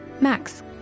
Max